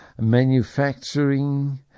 manufacturing